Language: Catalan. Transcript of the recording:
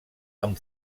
amb